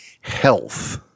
health